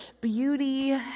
beauty